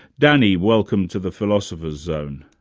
danny, welcome to the philosopher's zone.